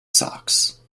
sox